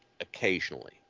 occasionally